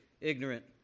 ignorant